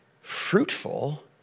fruitful